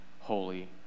holy